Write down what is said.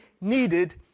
needed